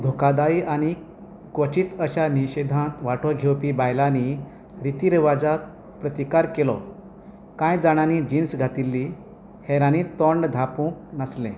धोखादायी आनी क्वचीत अशा निशेधांत वांटो घेवपी बायलांनी रितीरिवाजांक प्रतिकार केलो कांय जाणांनी जीन्स घातिल्ली हेरांनी तोंड धापूंक नासलें